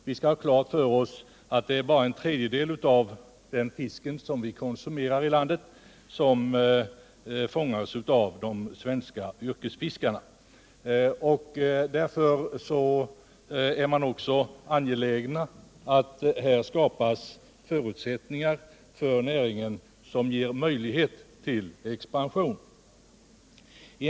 Vi bör ha klart för oss att det bara är en tredjedel av den fisk vi konsumerar i landet som fångas av svenska yrkesfiskare. Därför är det också angeläget att sådana förutsättningar skapas för näringen att den kan expandera.